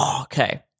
okay